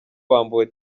bambuwe